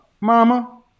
Mama